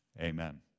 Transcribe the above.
Amen